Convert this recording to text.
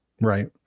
Right